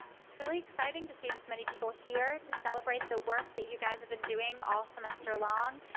it's really exciting to see this many people here to celebrate the work that you guys have been doing all semester long.